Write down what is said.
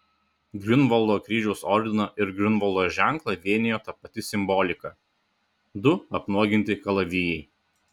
griunvaldo kryžiaus ordiną ir griunvaldo ženklą vienijo ta pati simbolika du apnuoginti kalavijai